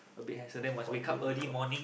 that's quite late also